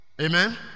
Amen